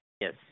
Yes